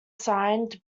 signed